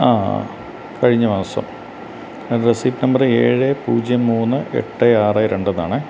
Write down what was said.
ആ കഴിഞ്ഞ മാസം റെസീപ്റ്റ് നമ്പർ ഏഴ് പൂജ്യം മൂന്ന് എട്ട് ആറ് രണ്ടെന്നാണെ